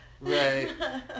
Right